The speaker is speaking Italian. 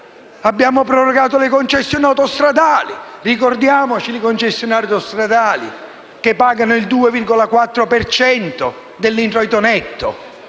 Abbiamo prorogato le concessioni autostradali. Ricordiamoci i concessionari autostradali che pagano il 2,4 per cento dell'introito netto.